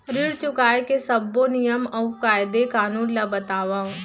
ऋण चुकाए के सब्बो नियम अऊ कायदे कानून ला बतावव